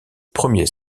premier